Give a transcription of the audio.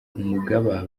umugaba